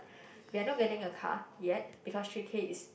we're not getting a car yet because three K is